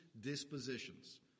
dispositions